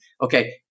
Okay